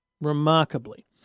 Remarkably